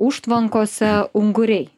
užtvankose unguriai